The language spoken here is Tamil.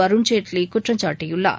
அருண் ஜேட்வி குற்றம் சாட்டியுள்ளார்